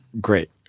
Great